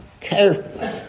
carefully